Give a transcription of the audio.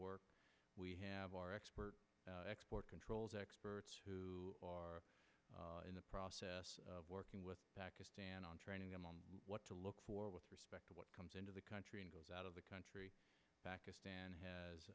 work we have our expert export controls experts who are in the process of working with pakistan on training them on what to look for with respect to what comes into the country and goes out of the country pakistan ha